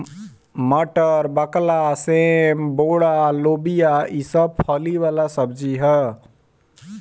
मटर, बकला, सेम, बोड़ा, लोबिया ई सब फली वाला सब्जी ह